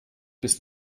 bis